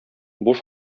буш